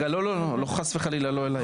לא, לא, חס וחלילה, לא אליך.